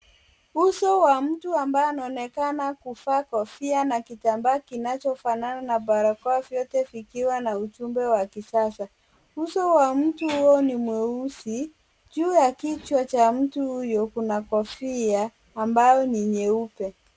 Uso wa mtu ambaye anaonekana kuvaa kofia na kitambaa kinachofanana na barakoa, vyote vikiwa na ujumbe wa kisasa. Uso wa mtu huo ni mweusi. Juu ya kichwa cha mtu huyo kuna kofia ambayo ni nyeupe.